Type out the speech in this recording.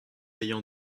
ayant